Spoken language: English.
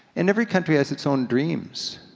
and every country has its own dreams.